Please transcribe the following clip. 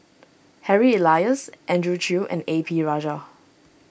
Harry Elias Andrew Chew and A P Rajah